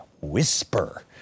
whisper